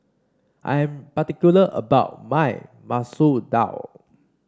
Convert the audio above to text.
I am particular about my Masoor Dal